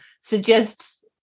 suggest